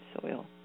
soil